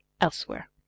elsewhere